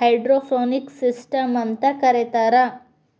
hydroponics systems ಅಂತ ಕರೇತಾರ